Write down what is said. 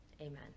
Amen